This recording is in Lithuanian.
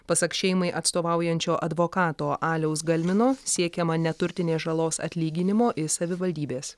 pasak šeimai atstovaujančio advokato aliaus galmino siekiama neturtinės žalos atlyginimo iš savivaldybės